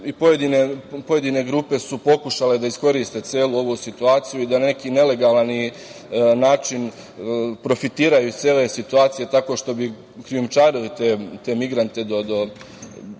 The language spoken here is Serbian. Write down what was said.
pojedine grupe su pokušale da iskoriste celu ovu situaciju i da na neki nelegalan način profitiraju iz cele situacije tako što bi krijumčarili te migrante od